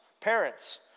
parents